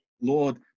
Lord